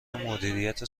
مدیریت